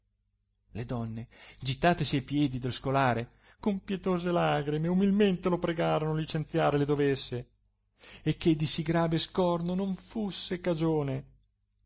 le donne gittatesi a piedi del scolare con pietose lagrime umilmente lo pregorono licenziare le dovesse e che di sì grave scorno non fusse cagione